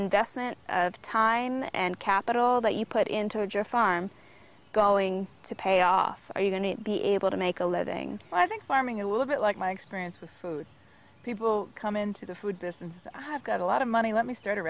investment of time and capital that you put into your farm going to pay off are you going to be able to make a living i think farming a little bit like my experience with food people come into the food this is i have got a lot of money let me start a